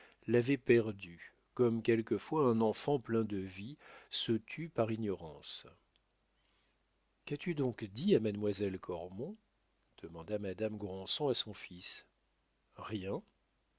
l'avait perdu comme quelquefois un enfant plein de vie se tue par ignorance qu'as-tu donc dit à mademoiselle de cormon demanda madame